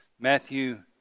Matthew